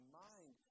mind